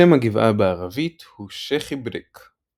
שם הגבעה בערבית הוא שייח' אברק.